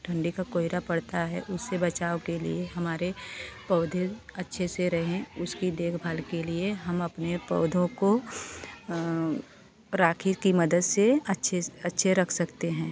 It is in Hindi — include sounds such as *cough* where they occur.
ठंडी का कोहरा पड़ता है उससे बचाव के लिए हमारे पौधे अच्छे से रहें उसकी देखभाल के लिए हम अपने पौधों को *unintelligible* की मदद से अच्छे से अच्छे रख सकते हैं